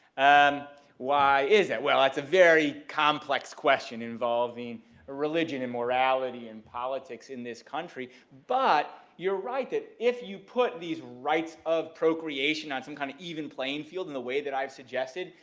um why is it? well, that's a very complex question involving religion and morality and politics in this country. but you're right that if you put these rights of procreation on some kind of even playing field in the way that i've suggested,